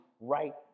right